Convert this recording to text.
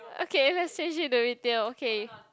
okay lets change it to retail okay